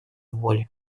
воли